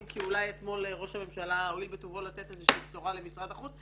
אם כי אולי אתמול ראש הממשלה הואיל בטובו לתת איזושהי בשורה למשרד החוץ,